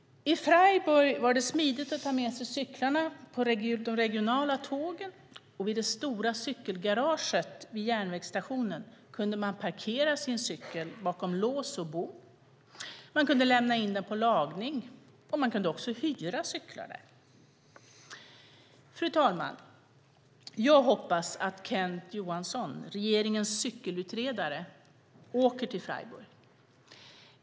I Freiburg var det var smidigt att ta med sig cyklarna på de regionala tågen, och vid det stora cykelgaraget vid järnvägsstationen kunde man parkera sin cykel bakom lås och bom. Man kunde också lämna in den på lagning och hyra cyklar där. Fru talman! Jag hoppas att Kent Johansson, regeringens cykelutredare, åker till Freiburg.